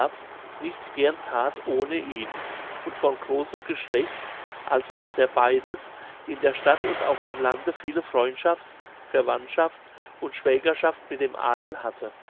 nichts gern that ohne ihn und von großem geschlecht also daß er beides in der stadt und auf dem lande viele freundschaft verwandtschaft und schwägerschaft mit dem adel hatte